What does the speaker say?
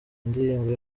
indirimbo